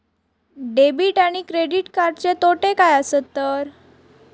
Debit आणि credit कार्डचे तोटे काय आसत तर?